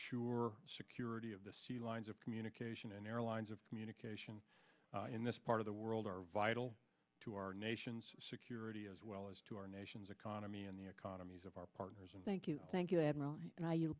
ensure security of the sea lines of communication and our lines of communication in this part of the world are vital to our nation's security as well as to our nation's economy and the economies of our partners and thank you thank you